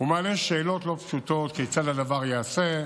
ומעלה שאלות לא פשוטות: כיצד הדבר ייעשה,